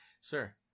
Sir